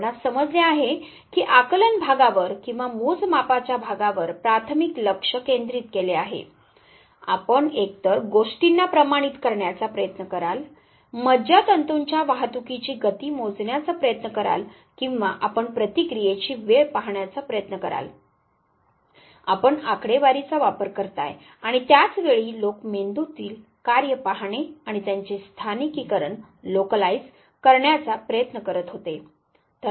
आपणास समजले आहे की आकलन भागावर किंवा मोजमापाच्या भागावर प्राथमिक लक्ष केंद्रित केले आहे आपण एकतर गोष्टींना प्रमाणित करण्याचा प्रयत्न कराल मज्जातंतूंच्या वाहतुकीची गती मोजण्याचा प्रयत्न कराल किंवा आपण प्रतिक्रियेची वेळ पाहण्याचा प्रयत्न कराल आपण आकडेवारीचा वापर करताय आणि त्याच वेळी लोक मेंदूतील कार्ये पाहणे आणि त्यांचे स्थानिकीकरण करण्याचा प्रयत्न करीत होते